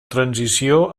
transició